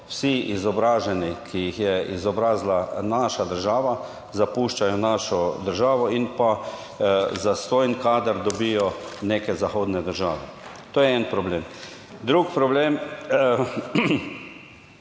vsi izobraženi, ki jih je izobrazila naša država, zapuščajo našo državo in pa zastonj kader dobijo neke zahodne države. To je en problem. Drug problem,